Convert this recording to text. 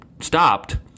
stopped